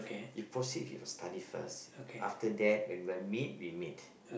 you proceed with your studies first after that when we're meet we meet